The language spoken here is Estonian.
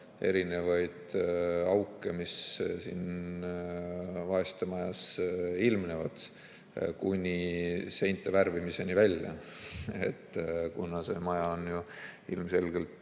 erinevaid auke, mis siin vaestemajas ilmnevad – kuni seinte värvimiseni välja. See maja on ju ilmselgelt